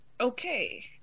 Okay